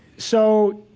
so,